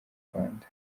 rwanda